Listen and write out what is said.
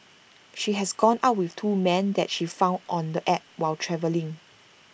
she has gone out with two men that she found on the app while travelling